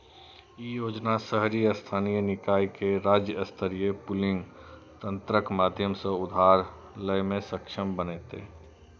ई योजना शहरी स्थानीय निकाय कें राज्य स्तरीय पूलिंग तंत्रक माध्यम सं उधार लै मे सक्षम बनेतै